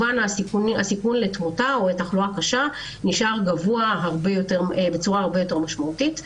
הסיכון לתמותה או לתחלואה קשה נשאר גבוה בצורה הרבה יותר משמעותית.